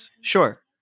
sure